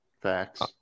facts